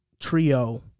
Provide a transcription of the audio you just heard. Trio